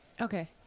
okay